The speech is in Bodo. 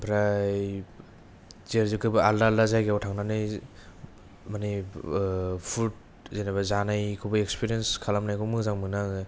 ओमफ्राय बो आलादा आलादा जायगायाव थांनानै माने फुद जन'बा जानायखौबो एक्सफिरेन्स खालामनायखौ मोजां मोनो आङो